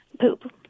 poop